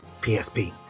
PSP